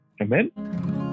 Amen